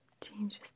changes